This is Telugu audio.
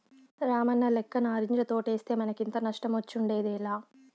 రామన్నలెక్క నారింజ తోటేస్తే మనకింత నష్టమొచ్చుండేదేలా